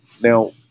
Now